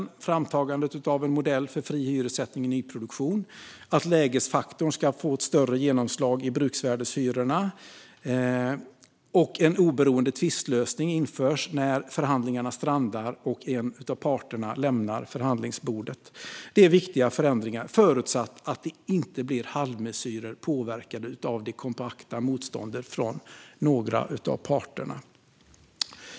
Det gäller framtagandet av en modell för fri hyressättning i nyproduktion, att lägesfaktorn ska få ett större genomslag i bruksvärdeshyrorna och att en oberoende tvistlösning införs när förhandlingarna strandar och en av parterna lämnar förhandlingsbordet. Det är viktiga förändringar, förutsatt att de inte blir halvmesyrer påverkade av det kompakta motståndet från några av parterna.